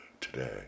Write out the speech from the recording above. today